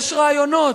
יש רעיונות.